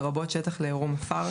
לרבות שטח לעירום עפר,